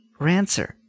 Rancer